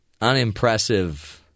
unimpressive